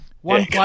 One